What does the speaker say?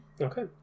Okay